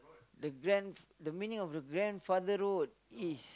the grand the meaning of the grandfather road is